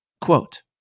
Quote